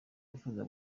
wifuza